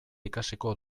ikasiko